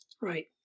Right